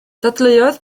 dadleuodd